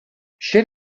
chez